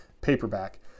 paperback